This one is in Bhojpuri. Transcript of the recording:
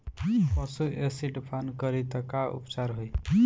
पशु एसिड पान करी त का उपचार होई?